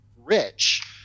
rich